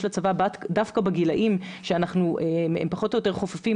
לצבא דווקא בגילאים שהם פחות או יותר חופפים,